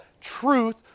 truth